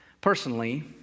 personally